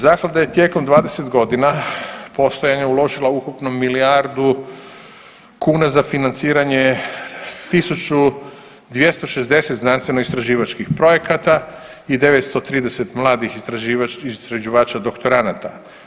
Zaklada je tijekom 20.g. postojanja uložila ukupno milijardu kuna za financiranje 1.260 znanstveno istraživačih projekata i 930 mladih istraživača doktoranata.